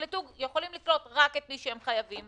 הם יכולים לקלוט רק את מי שהם חייבים,